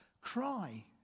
cry